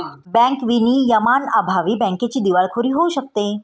bank विनियमांअभावी बँकेची दिवाळखोरी होऊ शकते